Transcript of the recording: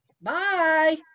bye